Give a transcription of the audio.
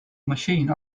machine